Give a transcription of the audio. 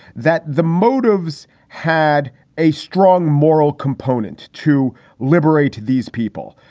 that the motives had a strong moral component to liberate these people.